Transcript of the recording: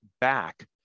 back